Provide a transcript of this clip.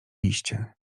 liście